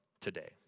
today